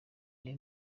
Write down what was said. niwe